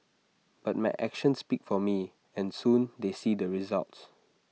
but my actions speak for me and soon they see the results